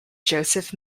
joseph